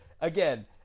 again